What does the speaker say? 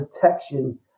protection